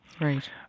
Right